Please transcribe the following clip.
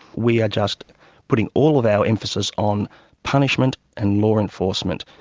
we are just putting all of our emphasis on punishment and law enforcement,